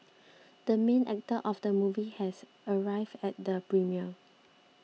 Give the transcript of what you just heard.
the main actor of the movie has arrived at the premiere